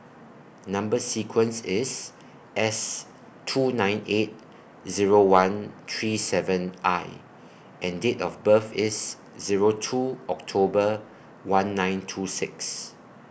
Number sequence IS S two nine eight Zero one three seven I and Date of birth IS Zero two October one nine two six